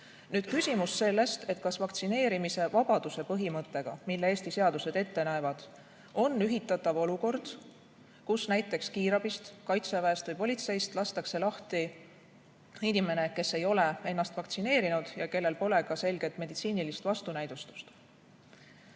küsimus sellest, kas vaktsineerimise vabaduse põhimõttega, mille Eesti seadused ette näevad, on ühitatav olukord, kus näiteks kiirabist, kaitseväest või politseist lastakse lahti inimene, kes ei ole ennast vaktsineerinud ja kellel pole ka selget meditsiinilist vastunäidustust.